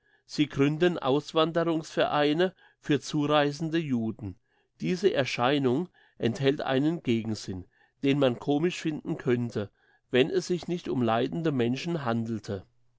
sie gründen auswanderungsvereine für zureisende juden diese erscheinung enthält einen gegensinn den man komisch finden könnte wenn es sich nicht um leidende menschen handelte